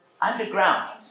underground